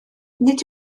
nid